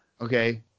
Okay